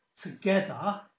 together